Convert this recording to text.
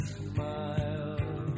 smile